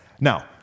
Now